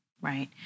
Right